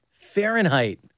Fahrenheit